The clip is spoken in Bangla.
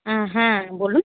হ্যাঁ হ্যাঁ বলুন